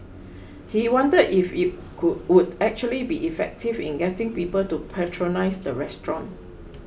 he wondered if it could would actually be effective in getting people to patronise the restaurant